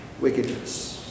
wickedness